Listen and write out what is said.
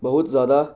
ਬਹੁਤ ਜ਼ਿਆਦਾ